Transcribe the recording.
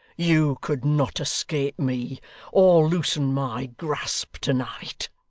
you could not escape me or loosen my grasp to-night